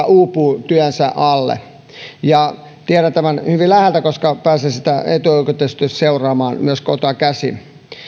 uupuu työnsä alle tiedän tämän hyvin läheltä koska pääsen sitä etuoikeutetusti seuraamaan myös kotoa käsin